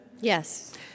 Yes